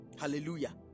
hallelujah